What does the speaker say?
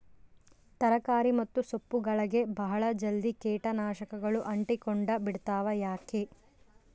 ತರಕಾರಿ ಮತ್ತು ಸೊಪ್ಪುಗಳಗೆ ಬಹಳ ಜಲ್ದಿ ಕೇಟ ನಾಶಕಗಳು ಅಂಟಿಕೊಂಡ ಬಿಡ್ತವಾ ಯಾಕೆ?